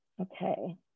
Okay